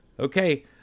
Okay